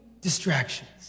distractions